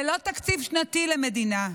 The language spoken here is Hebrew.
זה לא תקציב שנתי למדינה.